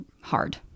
hard